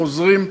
חוזרים,